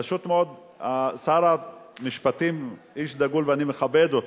פשוט מאוד, שר המשפטים איש דגול ואני מכבד אותו,